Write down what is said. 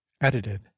edited